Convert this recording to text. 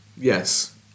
Yes